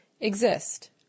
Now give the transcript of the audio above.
exist